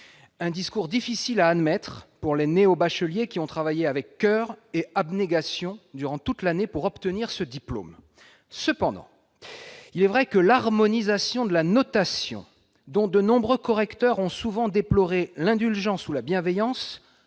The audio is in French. Ce discours est difficile à admettre pour les néo-bacheliers qui ont travaillé avec coeur et abnégation durant toute l'année pour obtenir ce diplôme. Cependant, il est vrai que l'harmonisation de la notation, dont de nombreux correcteurs ont souvent déploré l'indulgence ou la bienveillance,